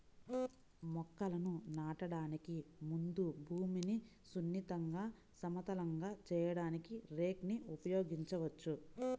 మొక్కలను నాటడానికి ముందు భూమిని సున్నితంగా, సమతలంగా చేయడానికి రేక్ ని ఉపయోగించవచ్చు